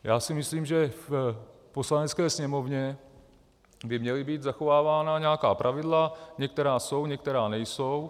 Já si myslím, že v Poslanecké sněmovně by měla být zachovávána nějaká pravidla, některá jsou, některá nejsou.